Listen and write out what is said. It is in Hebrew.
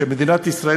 שמדינת ישראל